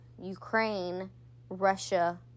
Ukraine-Russia